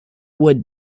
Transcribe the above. would